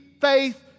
faith